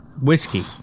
whiskey